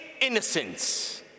innocence